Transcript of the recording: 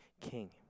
king